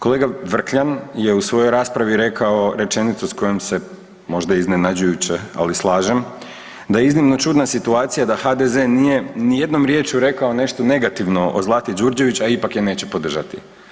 Kolega Vrkljan je u svojoj raspravi rekao rečenicu s kojom se možda iznenađujuće, ali slažem, da je iznimno čudna situacija da HDZ nije ni jednom riječju rekao nešto negativno o Zlati Đurđević, a ipak je neće podržati.